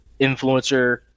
influencer